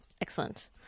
Excellent